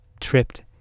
tripped